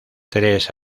tres